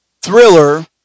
thriller